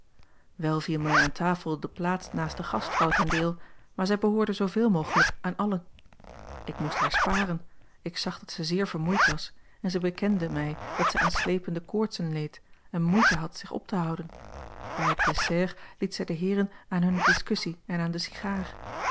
wel viel mij aan tafel de plaats naast de gastvrouw ten deel maar zij behoorde zooveel mogelijk aan allen ik moest haar sparen ik zag dat zij zeer vermoeid was en zij bekende mij dat zij aan slepende koortsen leed en moeite had zich op te houden bij het dessert liet zij de heeren aan hunne discussie en aan de